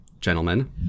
gentlemen